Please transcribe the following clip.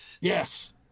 Yes